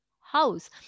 house